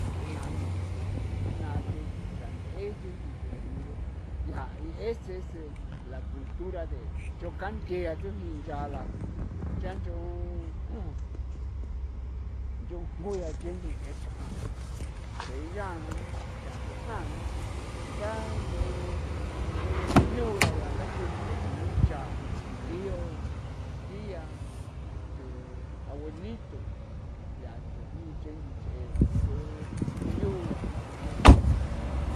Ngjo nano ukee jii naa che chi cha nt'e che nchi nch'eniro yaa ese es la cultura del chokanthe a tsujin ncha la cha nch'on nchon jngu ya che nchi ch'e chjan xeeyaa na cha su'na na cha nch'on nch'on yuu la ya ndache nch'e chujni cha tio tia este abuelito yaa chujni che nchi ch'e ch'u ch'u yu ya ntha gua the ya ntha.